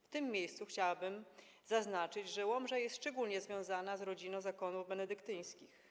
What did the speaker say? W tym miejscu chciałabym zaznaczyć, że Łomża jest szczególnie związana z rodziną zakonów benedyktyńskich.